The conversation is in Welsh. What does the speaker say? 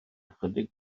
ychydig